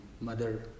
mother